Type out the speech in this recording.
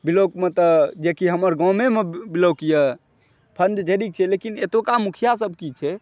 ब्लॉकमे तऽ जेकि हमर गामेमे ब्लॉक यऽ फण्ड ढ़ेरिक छै लेकिन एतुका मुखिआसभ की छै